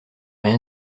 rien